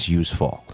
useful